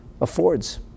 affords